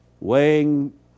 weighing